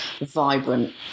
vibrant